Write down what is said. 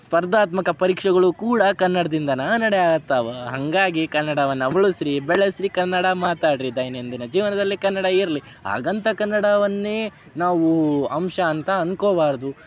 ಸ್ಪರ್ಧಾತ್ಮಕ ಪರೀಕ್ಷೆಗಳು ಕೂಡ ಕನ್ನಡ್ದಿಂದನೇ ನಡ್ಯೋ ಹತ್ತಿವೆ ಹಾಗಾಗಿ ಕನ್ನಡವನ್ನು ಉಳಿಸ್ರಿ ಬೆಳೆಸ್ರಿ ಕನ್ನಡ ಮಾತಾಡಿರಿ ದೈನಂದಿನ ಜೀವನದಲ್ಲಿ ಕನ್ನಡ ಇರಲಿ ಹಾಗಂತ ಕನ್ನಡವನ್ನೇ ನಾವು ಅಂಶ ಅಂತ ಅಂದ್ಕೋಬಾರ್ದು